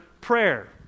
prayer